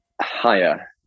higher